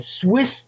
Swiss